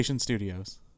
Studios